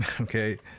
okay